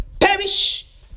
perish